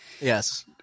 Yes